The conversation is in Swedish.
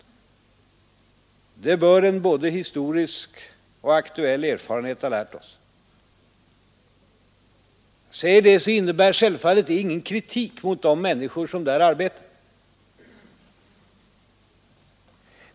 Det bör en både historisk och aktuell erfarenhet ha lärt oss. Detta innebär självfallet inte någon kritik mot de människor som där arbetar.